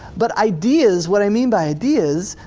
but ideas, what i mean by ideas,